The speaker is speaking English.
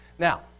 Now